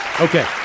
Okay